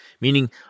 meaning